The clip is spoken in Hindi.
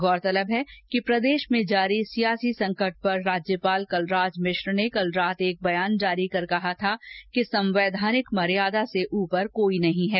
गौरतलब है कि प्रदेश में जारी सियासी संकट पर राज्यपाल क राज कि राज के कल रात एक बयान जारी कर कहा था कि संवैधानिक मर्यादा से ऊपर कोई नहीं है